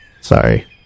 sorry